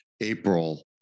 April